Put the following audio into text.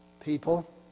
people